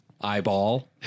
Eyeball